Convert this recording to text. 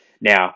Now